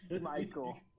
Michael